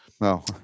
No